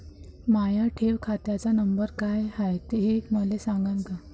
माया ठेव खात्याचा नंबर काय हाय हे मले सांगान का?